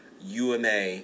UMA